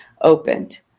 opened